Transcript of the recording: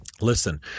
Listen